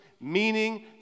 meaning